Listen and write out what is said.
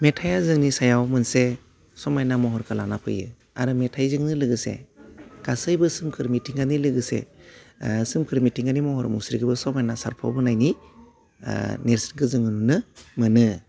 मेथाइआ जोंनि सायाव मोनसे समायना महरखो लाना फैयो आरो मेथाइजोंनो लोगोसे गासैबो सोमखोर मिथिंगानि लोगोसे ओह सोमखोर मिथिंगानि महर मुस्रिखौबो समायना सारफबहोनायनि ओह नेर्सोनखौ जों मोननो मोनो